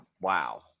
Wow